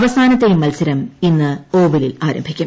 അവസാനത്തെയും മൽസരം ഇന്ന് ഓവലിൽ ആരംഭിക്കും